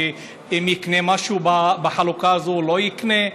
ואם יקנה משהו בחלוקה הזאת או לא יקנה,